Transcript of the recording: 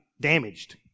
damaged